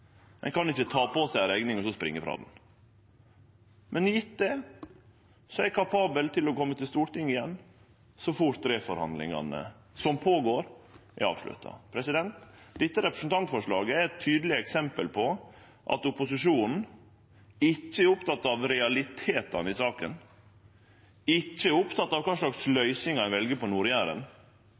Ein kan ikkje ta på seg ei rekning og så springe frå ho. Men viss det er slik, er eg kapabel til å kome til Stortinget igjen så fort reforhandlingane som no skjer, er avslutta. Dette representantforslaget er eit tydeleg eksempel på at opposisjonen ikkje er oppteken av realitetane i saka, ikkje er oppteken av kva slags løysingar ein vel på